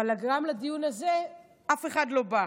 אבל גם לדיון הזה אף אחד לא בא.